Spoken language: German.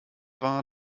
war